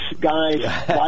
guy's